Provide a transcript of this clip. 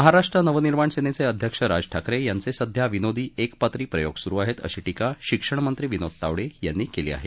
महाराष्ट्र नवनिर्माण सेनेचे अध्यक्ष राज ठाकरे यांचे सध्या विनोदी एकपात्री प्रयोग सुरु आहेत अशी टीका शिक्षण मंत्री विनोद तावडे यांनी केली आहे